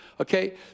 okay